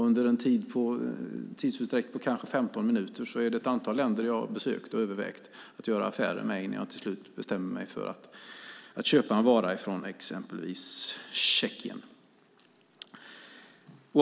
Under en tidsutdräkt på kanske 15 minuter är det företag i ett antal länder som jag har besökt och övervägt att göra affärer med innan jag till slut bestämmer mig för att köpa en vara från exempelvis Tjeckien.